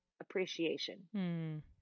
appreciation